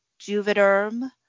juvederm